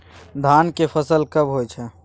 धान के फसल कब होय छै?